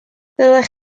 ddylech